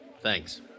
Thanks